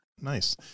Nice